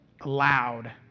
allowed